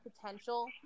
potential